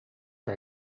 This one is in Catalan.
que